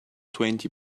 twenty